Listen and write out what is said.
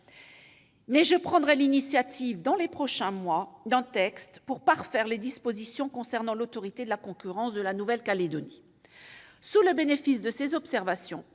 je prendrai l'initiative, dans les prochains mois, de proposer un texte afin de parfaire les dispositions concernant l'Autorité de la concurrence de la Nouvelle-Calédonie. Sous le bénéfice de ces observations,